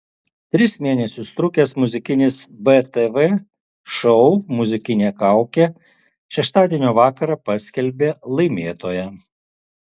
tris mėnesius trukęs muzikinis btv šou muzikinė kaukė šeštadienio vakarą paskelbė laimėtoją